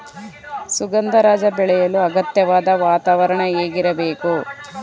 ಸುಗಂಧರಾಜ ಬೆಳೆಯಲು ಅಗತ್ಯವಾದ ವಾತಾವರಣ ಹೇಗಿರಬೇಕು?